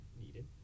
needed